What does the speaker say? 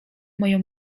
moją